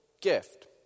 gift